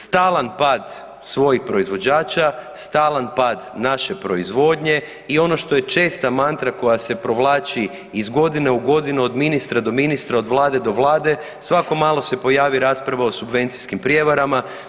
Stalan pad svojih proizvođača, stalan pad naše proizvodnje i ono što je česta mantra koja se provlači iz godine u godinu, od ministra do ministra, od Vlade do Vlade, svako malo se pojavi rasprava o subvencijskim prijevarama.